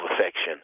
affection